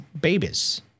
babies